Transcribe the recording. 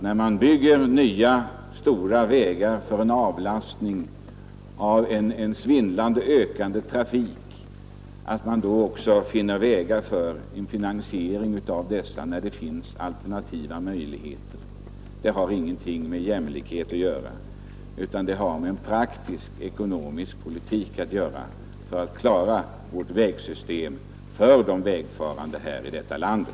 När man bygger nya stora vägar för en svindlande snabbt ökad trafik kan jag tänka mig att man också finner nya möjligheter att finansiera dessa. Det har ingenting med jämlikhet att göra, utan det har med en praktisk ekonomisk politik att göra. Det är nödvändigt för att klara vårt vägsystem åt de vägfarande här i landet.